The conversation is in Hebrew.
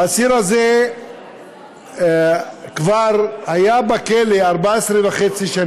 האסיר הזה כבר היה בכלא 14 שנים וחצי,